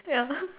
ya